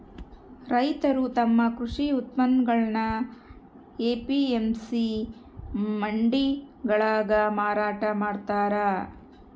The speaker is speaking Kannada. ರೈತರು ತಮ್ಮ ಕೃಷಿ ಉತ್ಪನ್ನಗುಳ್ನ ಎ.ಪಿ.ಎಂ.ಸಿ ಮಂಡಿಗಳಾಗ ಮಾರಾಟ ಮಾಡ್ತಾರ